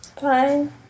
fine